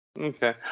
Okay